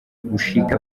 gushika